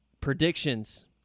Predictions